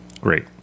Great